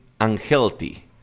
unhealthy